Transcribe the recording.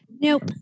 Nope